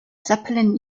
zeppelin